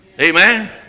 Amen